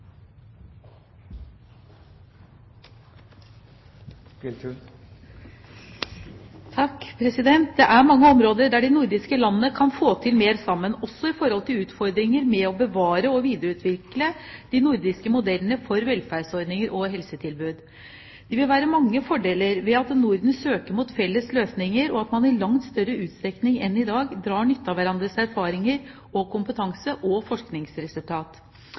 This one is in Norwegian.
mange områder der de nordiske landene kan få til mer sammen, også når det gjelder utfordringer med å bevare og videreutvikle de nordiske modellene for velferdsordninger og helsetilbud. Det vil være mange fordeler ved at Norden søker mot felles løsninger, og at man i langt større utstrekning enn i dag drar nytte av hverandres erfaringer, kompetanse og forskningsresultater. Vi har en del felles utfordringer innenfor store sykdomsgrupper som demens, kols og